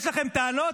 יש לכם טענות?